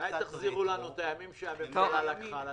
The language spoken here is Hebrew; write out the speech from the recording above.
אולי תחזירו לנו את הימים שהממשלה לקחה לנו?